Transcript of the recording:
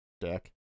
deck